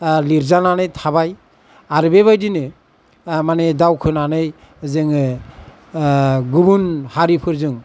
लिरजानानै थाबाय आरो बेबायदिनो माने दावखोनानै जोङो गुबुन हारिफोरजों